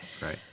Right